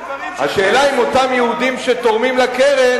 השאלה אם אותם יהודים שתורמים לקרן